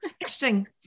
interesting